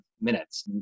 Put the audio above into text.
minutes